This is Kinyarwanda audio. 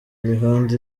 imihanda